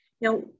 now